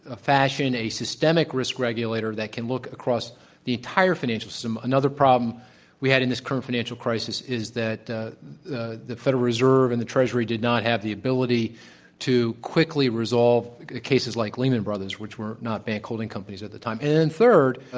ah a systemic risk regulator that can look across the entire financial scene. another problem we had in this current financial crisis is that the the federal reserve and the treasury did not have the ability to quickly resolve cases like lehman brothers, which were not bank holding companies at the time. and then, third, ah